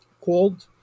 called